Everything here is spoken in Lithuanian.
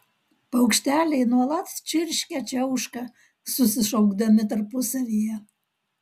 paukšteliai nuolat čirškia čiauška susišaukdami tarpusavyje